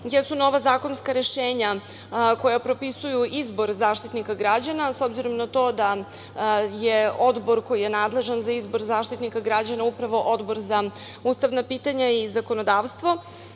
jesu nova zakonska rešenja koja propisuju izbor Zaštitnika građana, s obzirom na to da je odbor koji je nadležan za izbor Zaštitnika građana upravo Odbor za ustavna pitanja i zakonodavstvo. Dobro